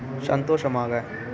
சந்தோஷமாக